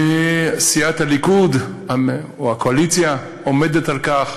סיעת הליכוד או הקואליציה עומדת על כך